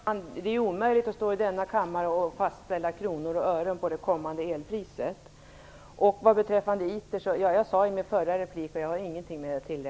Herr talman! Det är omöjligt att stå här i kammaren och i kronor och öre fastställa det kommande elpriset. När det gäller ITER har jag ingenting att tillägga till vad jag sade i min förra replik.